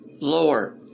lower